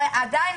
אבל עדיין,